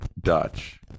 Dutch